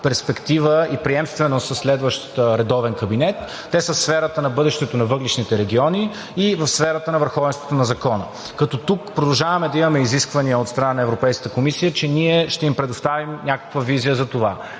перспектива и приемственост със следващ редовен кабинет. Те са в сферата на бъдещето на въглищните региони и в сферата на върховенството на закона. Като тук продължаваме да имаме изисквания от страна на Европейската комисия, че ние ще им предоставим някаква визия за това.